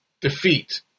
defeat